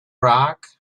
rock